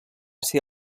ser